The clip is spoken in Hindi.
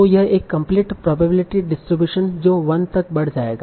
तों यह एक कम्पलीट प्रोबेबिलिटी डिस्ट्रीब्यूशन जो 1 तक बढ़ जाएगा